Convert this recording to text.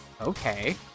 Okay